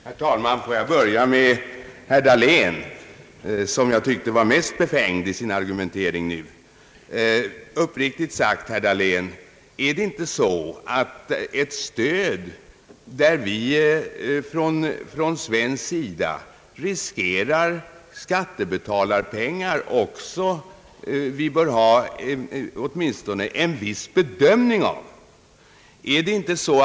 Herr talman! Får jag börja med herr Dahlén, som jag tyckte var mest befängd i sin argumentering nu. Bör vi inte uppriktigt sagt, herr Dahlén, när det gäller ett stöd, där vi från svensk sida riskerar skattebetalarnas pengar, också ha möjlighet till åtminstone viss bedömning av hur stödet skall utnyttjas?